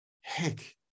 heck